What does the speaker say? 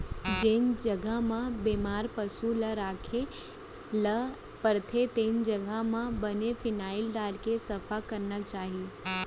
जेन जघा म बेमार पसु ल राखे ल परथे तेन जघा ल बने फिनाइल डारके सफा करना चाही